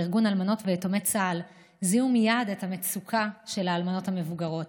בארגון אלמנות ויתומי צה"ל זיהו מייד את המצוקה של האלמנות המבוגרות,